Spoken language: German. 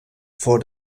vor